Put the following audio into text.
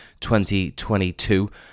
2022